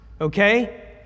okay